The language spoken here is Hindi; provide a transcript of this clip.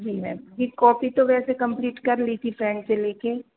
जी मैम जी कॉपी तो वैसे कंप्लीट कर ली थी फ्रेंड से लेकर